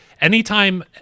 anytime